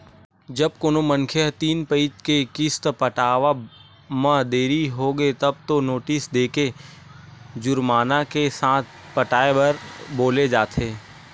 जब कोनो मनखे ल तीन पइत के किस्त पटावब म देरी होगे तब तो नोटिस देके जुरमाना के साथ पटाए बर बोले जाथे